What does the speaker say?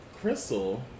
Crystal